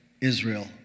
Israel